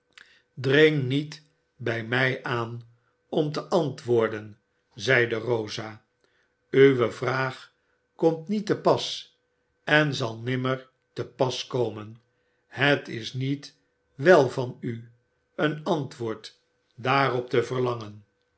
dring niet bij mij aan om te antwoorden zeide rosa uwe vraag komt niet te pas en zal nimmer te pas komen het is niet wel van u een antwoord daarop te verlangen